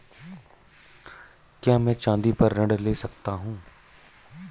क्या मैं चाँदी पर ऋण ले सकता हूँ?